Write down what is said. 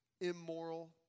immoral